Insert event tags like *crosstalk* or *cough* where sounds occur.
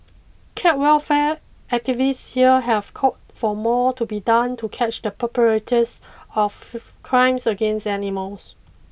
cat welfare activists here have called for more to be done to catch the perpetrators of *noise* crimes against animals